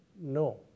No